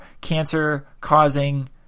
cancer-causing